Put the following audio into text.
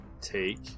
take